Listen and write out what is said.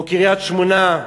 או קריית-שמונה,